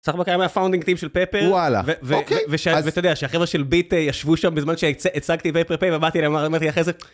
סך המקרה מהפונדינג טים של פפר וואלה ואתה יודע שהחברה של ביט ישבו שם בזמן שהצגתי ובאתי להם.